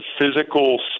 physical